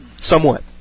Somewhat